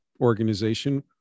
organization